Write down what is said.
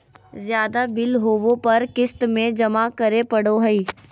ज्यादा बिल होबो पर क़िस्त में जमा करे पड़ो हइ